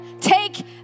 Take